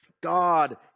God